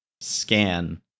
scan